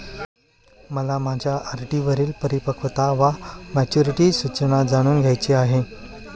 मला माझ्या आर.डी वरील परिपक्वता वा मॅच्युरिटी सूचना जाणून घ्यायची आहे